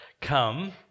come